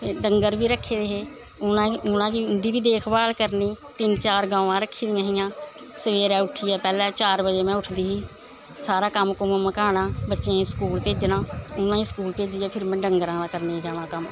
ते डंगर बी रक्खे दे हे उना उना दी उं'दी बी देखभाल करनी तिन चार गवां रक्खी दियां हां सवेरे उट्ठियै पैह्लें चार बजे में उठदी ही सारा कम्म कुम्म मकाना बच्चें गी स्कूल भेजना उ'नेंगी स्कूल भेजियै फिर में डंगरें दे करने गी जाना कम्म